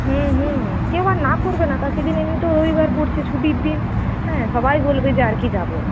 হ্যাঁ হ্যাঁ আর কেউ আর না করবে না সেদিন এমনিতেও রবিবার পড়ছে ছুটির দিন হ্যাঁ সবাই বলবে যে আর কি যাব